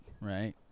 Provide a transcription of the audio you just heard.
right